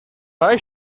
why